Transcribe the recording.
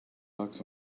bucks